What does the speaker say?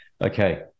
okay